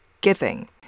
giving